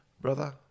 Brother